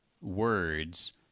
words